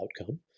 outcome